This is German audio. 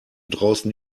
draußen